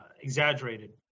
exaggerated